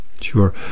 Sure